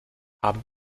haben